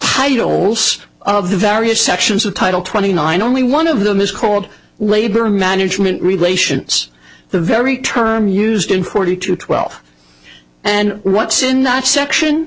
titles of the various sections of title twenty nine only one of them is called labor management relations the very term used in forty two twelve and what's in that section